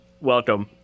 welcome